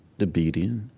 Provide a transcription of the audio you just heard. the beating.